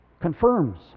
Confirms